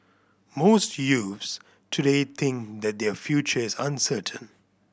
most youths today think that their future is uncertain